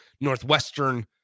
Northwestern